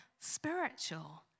spiritual